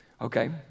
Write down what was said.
okay